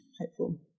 hopeful